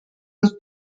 was